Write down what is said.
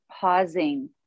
pausing